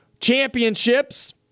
championships